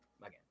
again